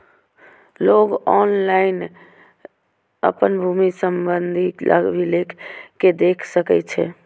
लोक ऑनलाइन अपन भूमि संबंधी अभिलेख कें देख सकै छै